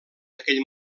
aquell